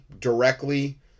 directly